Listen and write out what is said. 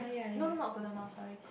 no no not Golden Mile sorry